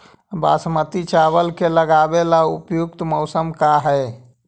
बासमती चावल के लगावे ला उपयुक्त मौसम का है?